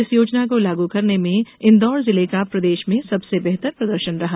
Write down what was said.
इस योजना को लागू करने में इंदौर जिले का प्रदेश में सबसे बेहतर प्रदर्शन रहा